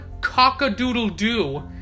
cock-a-doodle-doo